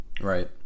Right